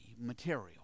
material